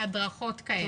הדרכות כאלה.